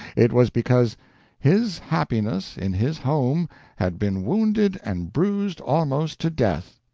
it was because his happiness in his home had been wounded and bruised almost to death.